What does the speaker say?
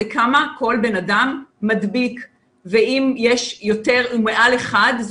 זה כמה כל בן אדם מדביק ואם יש מעל 1 זה